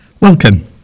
Welcome